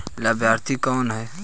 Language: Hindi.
लाभार्थी कौन है?